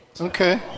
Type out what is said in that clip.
Okay